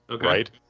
right